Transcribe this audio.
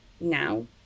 now